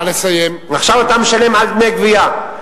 ועכשיו אתה משלם דמי גבייה.